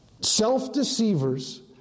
self-deceivers